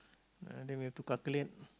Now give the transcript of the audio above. ya then we have to calculate